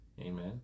Amen